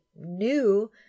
new